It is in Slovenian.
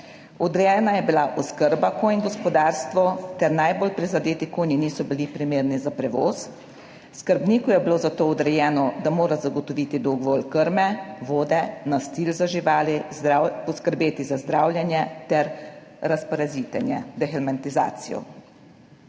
Odrejena je bila oskrba konj, gospodarstvo ter najbolj prizadeti konji niso bili primerni za prevoz, skrbniku je bilo za to odrejeno, da mora zagotoviti dovolj krme, vode na stil za živali, poskrbeti za zdravljenje ter »razparazitenje«; »dehermentizacijo«.